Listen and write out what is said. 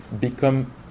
become